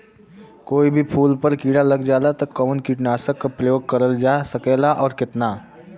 कोई भी फूल पर कीड़ा लग जाला त कवन कीटनाशक क प्रयोग करल जा सकेला और कितना?